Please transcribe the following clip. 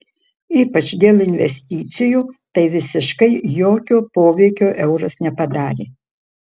ypač dėl investicijų tai visiškai jokio poveikio euras nepadarė